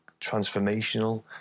transformational